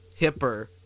hipper